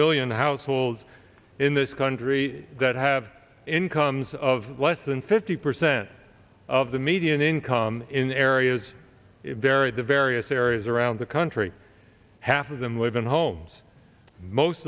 million households in this country that have incomes of less than fifty percent of the median income in areas vary the various areas around the country half of them live in homes most